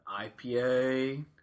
IPA